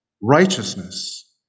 righteousness